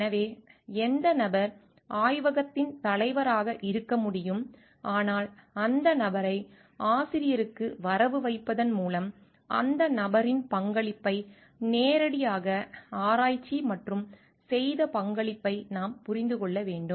எனவே எந்த நபர் ஆய்வகத்தின் தலைவராக இருக்க முடியும் ஆனால் அந்த நபரை ஆசிரியருக்கு வரவு வைப்பதன் மூலம் அந்த நபரின் பங்களிப்பை நேரடியாக ஆராய்ச்சி மற்றும் செய்த பங்களிப்பை நாம் புரிந்து கொள்ள வேண்டும்